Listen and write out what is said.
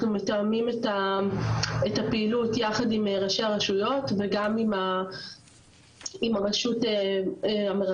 אנחנו מתאמים את הפעילות יחד עם ראשי הרשויות וגם עם הרשות המרכזת.